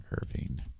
Irving